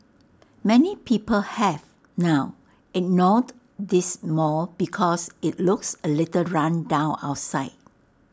many people have now ignored this mall because IT looks A little run down outside